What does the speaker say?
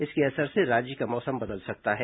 इसके असर से राज्य का मौसम बदल सकता है